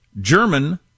German